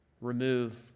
remove